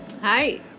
Hi